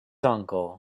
uncle